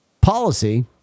policy